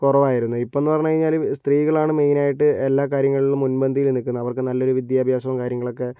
കുറവായിരുന്നു ഇപ്പം എന്ന് പറഞ്ഞ് കഴിഞ്ഞാൽ സ്ത്രീകളാണ് മെയിനായിട്ട് എല്ലാ കാര്യങ്ങളിലും മുൻപന്തിയിൽ നിൽക്കുന്നത് അവർക്ക് നല്ലൊരു വിദ്യാഭ്യസവും കാര്യങ്ങളൊക്കെ